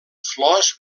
flors